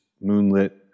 moonlit